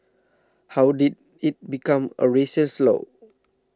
how did it become a racial slur